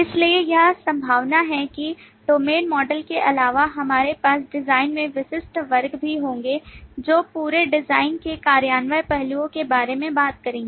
इसलिए यह संभावना है कि डोमेन मॉडल के अलावा हमारे पास डिज़ाइन में विशिष्ट वर्गे भी होंगी जो पूरे डिजाइन के कार्यान्वयन पहलुओं के बारे में बात करेंगी